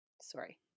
sorry